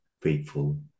faithful